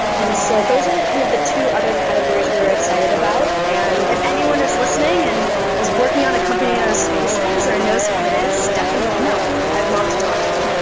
and so those are kind of the two other categories we're excited about. and if anyone is listening and is working on a company on those spaces or know someone that is, definitely email me. i'd love to talk to them.